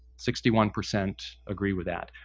sixty one percent agree with that.